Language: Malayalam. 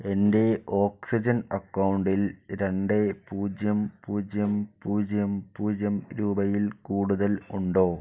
എൻ്റെ ഓക്സിജൻ അക്കൗണ്ടിൽ രണ്ട് പൂജ്യം പൂജ്യം പൂജ്യം പൂജ്യം രൂപയിൽ കൂടുതൽ ഉണ്ടോ